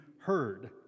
heard